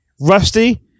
Rusty